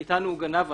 מאתנו הוא גנב,